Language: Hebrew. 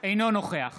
אינו נוכח